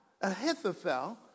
Ahithophel